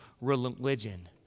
religion